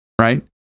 right